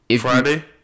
Friday